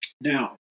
Now